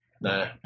Nah